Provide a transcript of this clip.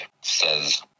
says